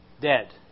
dead